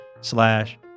slash